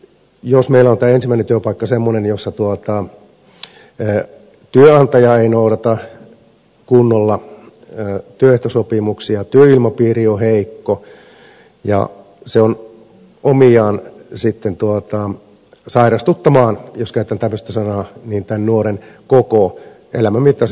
jos meillä on tämä ensimmäinen työpaikka semmoinen jossa työnantaja ei noudata kunnolla työehtosopimuksia työilmapiiri on heikko se on omiaan sitten sairastuttamaan jos käytän tämmöistä sanaa tämän nuoren koko elämän mittaisen työuran